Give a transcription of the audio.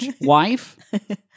wife